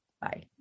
Bye